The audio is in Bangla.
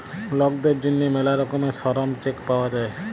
লকদের জ্যনহে ম্যালা রকমের শরম চেক পাউয়া যায়